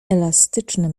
elastyczne